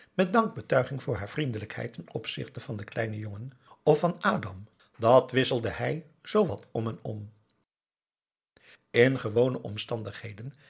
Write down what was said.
met dankbetuiging voor haar vriendelijkheid ten opzichte van den kleinen jongen of van adam dàt wisselde hij zoowat om en om in gewone omstandigheden